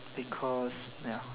because ya